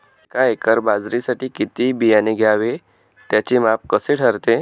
एका एकर बाजरीसाठी किती बियाणे घ्यावे? त्याचे माप कसे ठरते?